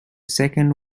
second